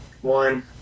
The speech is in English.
One